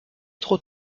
trop